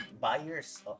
buyers